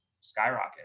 skyrocket